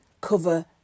cover